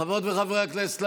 חברות וחברי הכנסת,